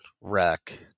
wreck